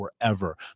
forever